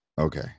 Okay